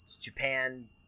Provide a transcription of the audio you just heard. Japan